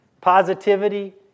positivity